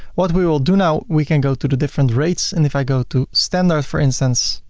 what we will do now, we can go to the different rates and if i go to standard for instance,